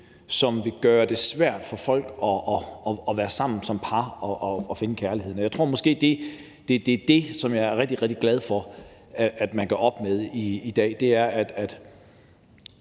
som vil gøre det svært for folk at være sammen som par og finde kærligheden. Jeg tror måske, at det er det, som jeg er rigtig glad for at man gør op med i dag. Man skaber